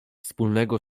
wspólnego